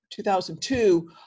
2002